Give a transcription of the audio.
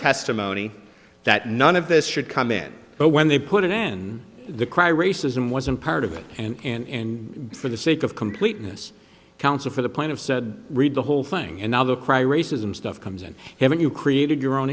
testimony that none of this should come in but when they put an end the cry racism wasn't part of it and in for the sake of completeness counsel for the plan of said read the whole thing and now the cry racism stuff comes in haven't you created your own